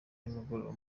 nimugoroba